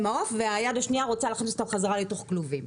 מעוף והיד השנייה רוצה להכניס אותם לתוך כלובים.